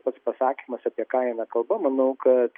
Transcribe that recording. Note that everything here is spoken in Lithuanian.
pats pasakymas apie ką eina kalba manau kad